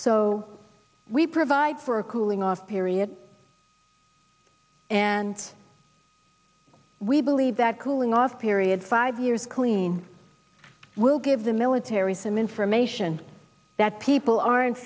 so we provide for a cooling off period and we believe that cooling off period five years clean will give the military some information that people are in